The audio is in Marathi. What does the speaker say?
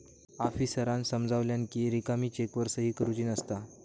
आफीसरांन समजावल्यानं कि रिकामी चेकवर सही करुची नसता